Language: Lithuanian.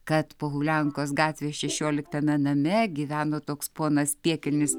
kad pohuliankos gatvės šešioliktame name gyveno toks ponas piekelnis